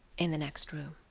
in the next room.